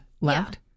left